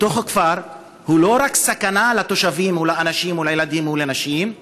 בתוך הכפר היא לא רק סכנה לתושבים או לאנשים או לילדים או לנשים,